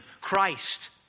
Christ